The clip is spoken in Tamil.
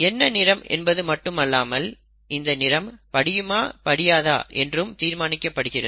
என்ன நிறம் என்பது மட்டும் அல்லாமல் இந்த நிறம் படியுமா படியாத என்றும் தீர்மானிக்கப்படுகிறது